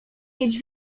mieć